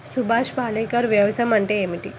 సుభాష్ పాలేకర్ వ్యవసాయం అంటే ఏమిటీ?